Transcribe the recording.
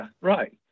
right